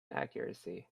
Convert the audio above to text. accuracy